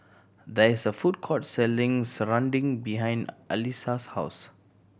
there is a food court selling serunding behind Allyssa's house